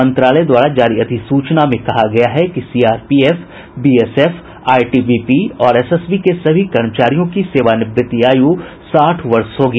मंत्रालय द्वारा जारी अधिसूचना में कहा गया है कि सीआरपीएफए बीएसएफ आईटीबीपी और एसएसबी के सभी कर्मचारियों की सेवानिवृत्ति आयु साठ वर्ष होगी